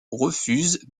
refuse